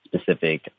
specific